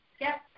Yes